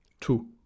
Two